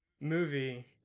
movie